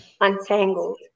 untangled